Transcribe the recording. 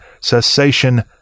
cessation